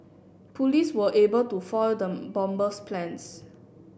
police were able to foil the bomber's plans